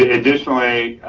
ah additionally,